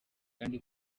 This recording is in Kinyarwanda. kandi